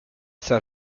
set